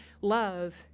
love